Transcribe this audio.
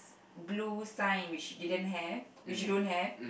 blue sign which didn't have which you don't have